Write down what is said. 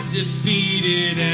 defeated